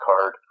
card